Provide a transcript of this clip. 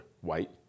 white